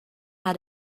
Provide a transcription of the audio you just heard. how